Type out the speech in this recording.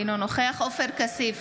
אינו נוכח עופר כסיף,